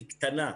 היא קטנה,